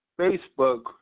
Facebook